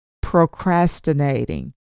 procrastinating